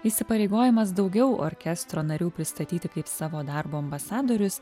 įsipareigojimas daugiau orkestro narių pristatyti kaip savo darbo ambasadorius